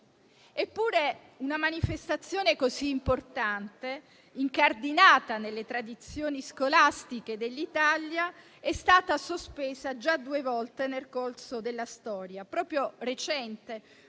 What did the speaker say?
Eppure, una manifestazione così importante, incardinata nelle tradizioni scolastiche dell'Italia, è stata sospesa già due volte nel corso della storia recente,